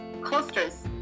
clusters